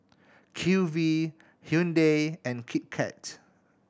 Q V Hyundai and Kit Kat